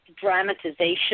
dramatization